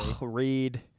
read